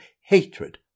hatred